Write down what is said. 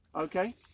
Okay